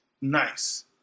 nice